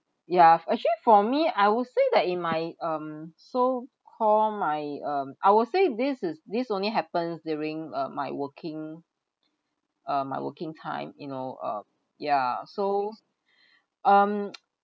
ya f~ actually for me I will say that in my um so call my um I would say this is this only happens during uh my working uh my working time you know uh ya so um